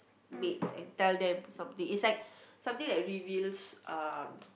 mates and tell them something is like something that reveals